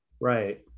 Right